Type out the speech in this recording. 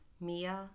Mia